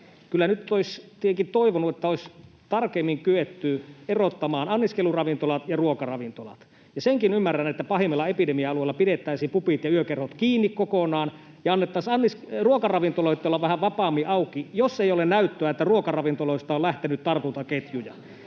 kyllä nyt olisi tietenkin toivonut, että olisi tarkemmin kyetty erottamaan anniskeluravintolat ja ruokaravintolat. Senkin ymmärrän, että pahimmilla epidemia-alueilla pidettäisiin pubit ja yökerhot kiinni kokonaan ja annettaisiin ruokaravintoloitten olla vähän vapaammin auki, jos ei ole näyttöä, että ruokaravintoloista on lähtenyt tartuntaketjuja.